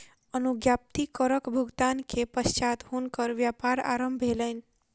अनुज्ञप्ति करक भुगतान के पश्चात हुनकर व्यापार आरम्भ भेलैन